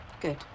Good